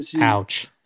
Ouch